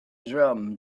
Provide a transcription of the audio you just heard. drum